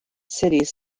cities